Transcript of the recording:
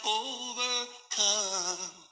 overcome